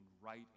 right